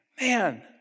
man